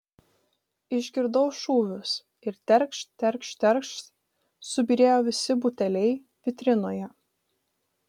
išgirdau šūvius ir terkšt terkšt terkšt subyrėjo visi buteliai vitrinoje